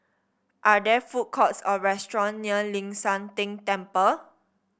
are there food courts or restaurant near Ling San Teng Temple